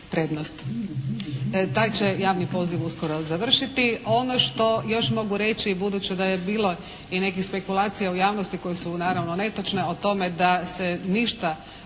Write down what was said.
prednost. Taj će javni poziv uskoro završiti. Ono što još mogu reći budući da je bilo i nekih spekulacija u javnosti koje su naravno netočno, o tome da se ništa